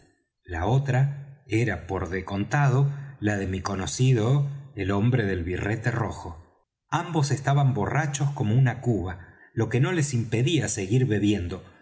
la otra era por de contado la de mi conocido el hombre del birrete rojo ambos estaban borrachos como una cuba lo que no les impedía seguir bebiendo